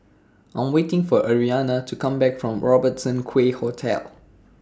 I Am waiting For Arianna to Come Back from Robertson Quay Hotel